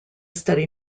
study